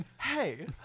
hey